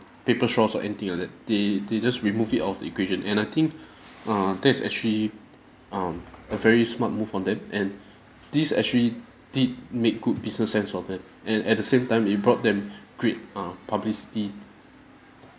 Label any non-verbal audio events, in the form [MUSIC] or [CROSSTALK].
paper straws or anything like that they they just remove it out of the equation and I think [BREATH] err that's actually um a very smart move from them and this actually did make good business sense of it and at the same time it brought them [BREATH] great err publicity